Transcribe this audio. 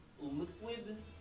liquid